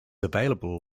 available